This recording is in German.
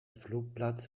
flugplatz